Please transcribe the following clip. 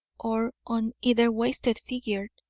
or on either wasted figure,